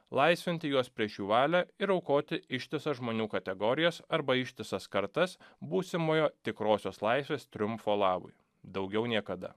laisvinti juos prieš jų valią ir aukoti ištisas žmonių kategorijas arba ištisas kartas būsimojo tikrosios laisvės triumfo labui daugiau niekada